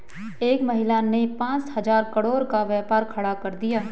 एक महिला ने पांच हजार करोड़ का व्यापार खड़ा कर दिया